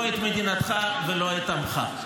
לא את מדינתך ולא את עמך.